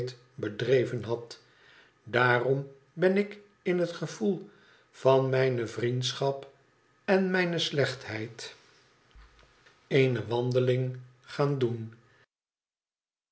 bedreven had daarom ben ik in het gevoel van mijne vriendschap en mijne slechtheid eene wandeling gaan doen